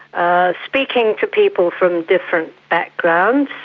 of speaking to people from different backgrounds.